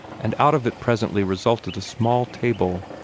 and out of it presently resulted a small table,